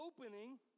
opening